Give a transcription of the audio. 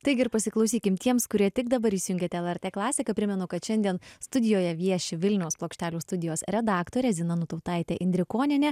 taigi ir pasiklausykim tiems kurie tik dabar įsijungėt el er t klasiką primenu kad šiandien studijoje vieši vilniaus plokštelių studijos redaktorė zina nutautaitė indrikonienė